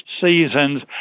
seasons